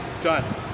done